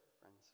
friends